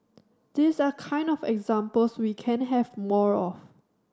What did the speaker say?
these are kind of examples we can have more of